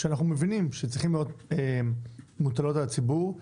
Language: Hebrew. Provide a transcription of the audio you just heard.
שאנחנו מבינים שצריכים להיות מוטלות על הציבור.